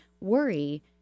worry